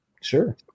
Sure